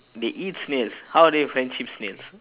they eat snails how are they friendship snails